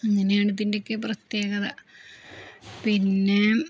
അങ്ങനെയാണ് ഇതിൻ്റെയൊക്കെ പ്രത്യേകത പിന്നെ